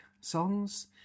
songs